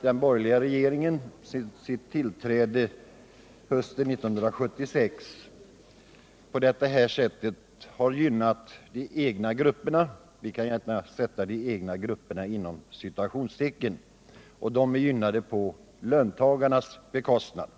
den borgerliga regeringen från sitt tillträde hösten 1976 på detta sätt har gynnat ”de egna grupperna” på löntagarnas bekostnad.